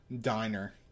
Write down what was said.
diner